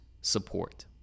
support